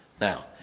Now